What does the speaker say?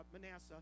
Manasseh